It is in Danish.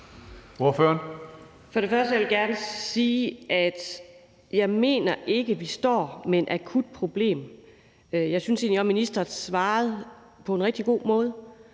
For det første vil jeg gerne sige, at jeg ikke mener, at vi står med et akut problem. Jeg synes egentlig også, at ministeren svarede på en rigtig god måde.